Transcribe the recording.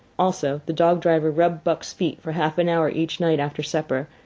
also, the dog-driver rubbed buck's feet for half an hour each night after supper,